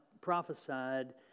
prophesied